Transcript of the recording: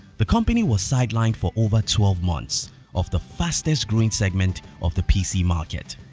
the company was sidelined for over twelve months of the fastest-growing segment of the pc market.